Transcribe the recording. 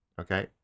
okay